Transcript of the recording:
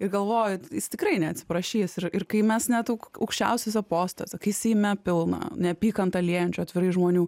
ir galvoju jis tikrai neatsiprašys ir ir kai mes net au aukščiausiuose postuose seime pilna neapykantą liejančių atvirai žmonių